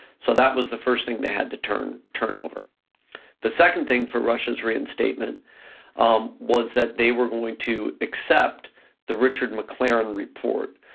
so that was the first thing they had to turnover. the second thing for russia's reinstatement um was that they were going to accept the richard mclaren report,